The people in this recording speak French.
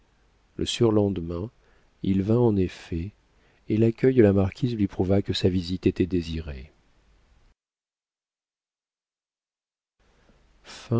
le surlendemain il vint en effet et l'accueil de la marquise lui prouva que sa visite était désirée